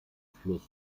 fluss